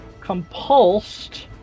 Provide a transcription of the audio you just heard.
compulsed